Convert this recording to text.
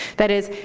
that is,